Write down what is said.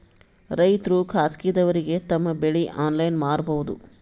ರೈತರು ಖಾಸಗಿದವರಗೆ ತಮ್ಮ ಬೆಳಿ ಆನ್ಲೈನ್ ಮಾರಬಹುದು?